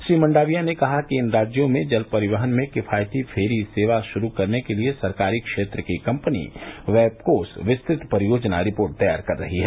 श्री मंडाविया ने कहा कि इन राज्यों में जल परिवहन में किफायती फेरी सेवा शुरू करने के लिए सरकारी क्षेत्र की कम्पनी वैपकोस विस्तृत परियोजना रिपोर्ट तैयार कर रही है